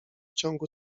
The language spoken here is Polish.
ciągu